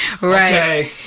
right